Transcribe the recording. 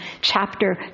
chapter